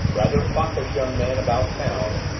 rather foppish young man about town,